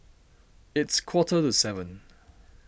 it's quarter to seven